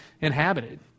inhabited